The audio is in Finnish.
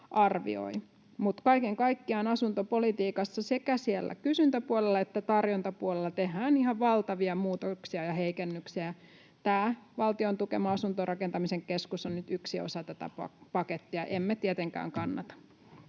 arvioi. Mutta kaiken kaikkiaan asuntopolitiikassa sekä siellä kysyntäpuolella että tarjontapuolella tehdään ihan valtavia muutoksia ja heikennyksiä. Tämä Valtion tukema asuntorakentamisen keskus on nyt yksi osa tätä pakettia. Emme tietenkään kannata.